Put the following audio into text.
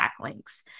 backlinks